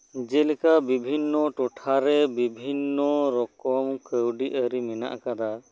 ᱡᱮᱞᱮᱠᱟ ᱵᱤᱵᱷᱤᱱᱱᱚ ᱴᱚᱴᱷᱟ ᱨᱮ ᱵᱤᱵᱷᱤᱱᱱᱚ ᱨᱚᱠᱚᱢ ᱠᱟᱹᱣᱰᱤ ᱟᱨᱤ ᱦᱮᱱᱟᱜ ᱠᱟᱫᱟ